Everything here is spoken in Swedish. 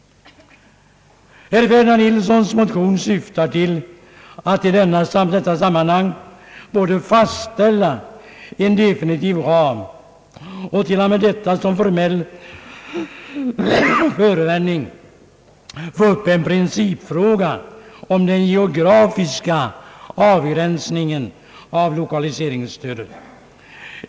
Herr Ferdinand Nilssons motion syftar till att i detta sammanhang både fastställa en definitiv ram och med detta som formell förevändning ta upp en principdiskussion om den geografiska avgränsningen av lokaliseringsstödet.